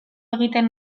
egiten